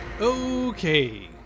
Okay